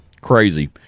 Crazy